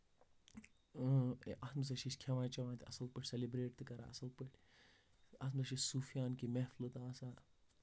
اَتھ منٛز حظ چھِ أسۍ کھیٚوان چیٚوان تہٕ اَصٕل پٲٹھۍ سیٚلبریٹ تہِ کران اَصٕل پٲٹھۍ اَتھ منٛز چھِ أسۍ صُفیانہٕ کہِ محفِلہٕ تہٕ آسان